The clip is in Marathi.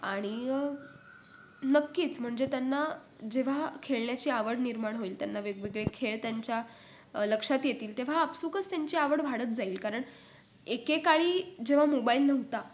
आणि नक्कीच म्हणजे त्यांना जेव्हा खेळण्याची आवड निर्माण होईल त्यांना वेगवेगळे खेळ त्यांच्या लक्षात येतील तेव्हा आपसुकच त्यांची आवड वाढत जाईल कारण एकेकाळी जेव्हा मोबाईल नव्हता